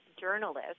journalist